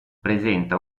presenta